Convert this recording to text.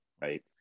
Right